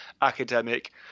academic